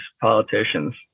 politicians